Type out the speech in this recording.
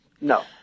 No